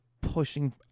pushing